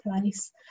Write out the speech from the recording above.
place